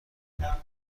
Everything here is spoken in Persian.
بود